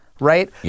Right